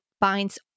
binds